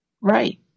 Right